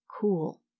cool